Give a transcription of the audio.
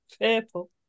purple